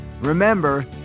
Remember